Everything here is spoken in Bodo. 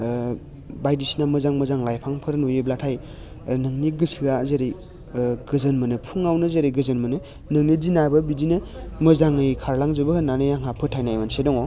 बायदिसिना मोजां मोजां लाइफांफोर नुयोब्लाथाय नोंनि गोसोआ जेरै गोजोन मोनो फुङावनो जेरै गोजोन मोनो नोंनि दिनाबो बिदिनो मोजाङै खारलांजोबो होननानै आंहा फोथायनाय मोनसे दङ